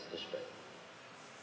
cashback